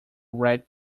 red